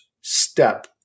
step